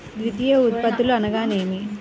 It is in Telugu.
ద్వితీయ ఉత్పత్తులు అనగా నేమి?